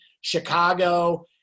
chicago